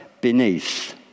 beneath